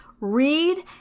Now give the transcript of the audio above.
read